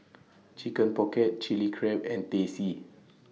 Chicken Pocket Chilli Crab and Teh C